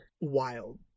wild